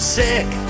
sick